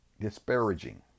disparaging